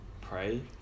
pray